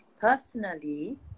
personally